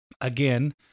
again